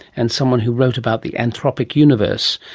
and someone who wrote about the anthropic universe,